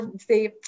see